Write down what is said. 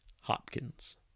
Hopkins